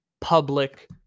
public